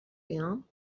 بیام